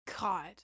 God